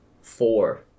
Four